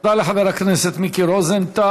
תודה לחבר הכנסת מיקי רוזנטל.